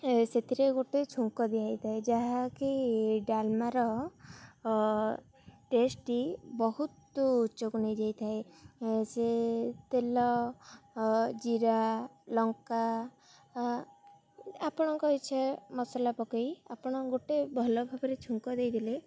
ସେଥିରେ ଗୋଟେ ଛୁଙ୍କ ଦିଆହେଇ ଥାଏ ଯାହାକି ଡାଲମାର ଟେଷ୍ଟଟି ବହୁତ ଉଚ୍ଚକୁ ନେଇଯାଇ ଥାଏ ସେ ତେଲ ଜିରା ଲଙ୍କା ଆପଣଙ୍କ ଇଚ୍ଛା ମସଲା ପକାଇ ଆପଣ ଗୋଟେ ଭଲ ଭାବରେ ଛୁଙ୍କ ଦେଇ ଦେଲେ